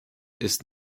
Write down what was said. ist